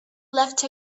left